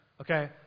Okay